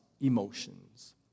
emotions